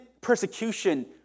persecution